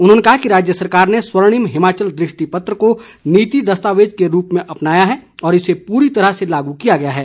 उन्होंने कहा कि राज्य सरकार ने स्वर्णिम हिमाचल दृष्टिपत्र को नीति दस्तावेज के रूप में अपनाया है और इसे पूरी तरह से लागू किया गया है